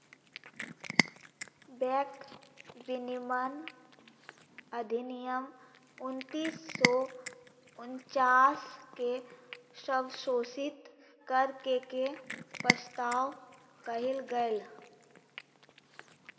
bank विनियमन अधिनियम उन्नीस सौ उनचास के संशोधित कर के के प्रस्ताव कइल गेलय